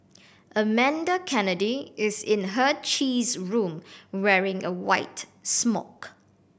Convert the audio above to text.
Amanda Kennedy is in her cheese room wearing a white smock